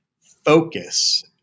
focus